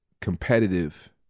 competitive